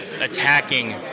attacking